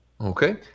Okay